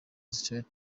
theater